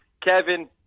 Kevin